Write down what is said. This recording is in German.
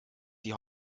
die